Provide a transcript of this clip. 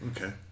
Okay